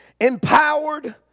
empowered